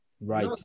Right